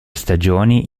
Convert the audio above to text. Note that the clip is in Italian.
stagioni